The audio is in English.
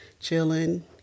chilling